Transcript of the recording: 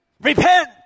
Repent